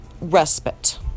respite